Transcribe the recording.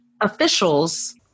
officials